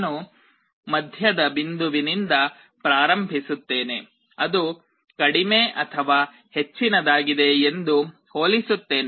ನಾನು ಮಧ್ಯದ ಬಿಂದುವಿನಿಂದ ಪ್ರಾರಂಭಿಸುತ್ತೇನೆ ಅದು ಕಡಿಮೆ ಅಥವಾ ಹೆಚ್ಚಿನದಾಗಿದೆ ಎಂದು ಹೋಲಿಸುತ್ತೇನೆ